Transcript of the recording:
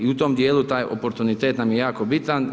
I u tom dijelu taj oportunitet nam je jako bitan.